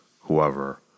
whoever